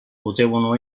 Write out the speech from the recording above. potevano